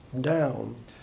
down